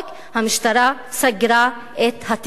המשטרה סגרה את התיקים.